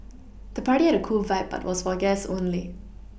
the party had a cool vibe but was for guests only